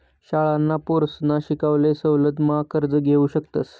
शाळांना पोरसना शिकाले सवलत मा कर्ज घेवू शकतस